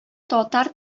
татар